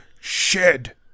shed